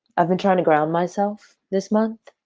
i've been trying to ground myself this month.